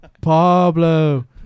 Pablo